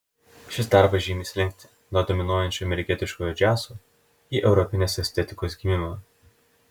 šis darbas žymi slinktį nuo dominuojančio amerikietiškojo džiazo į europinės estetikos gimimą